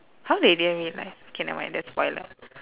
how did they realise K never mind that's spoiler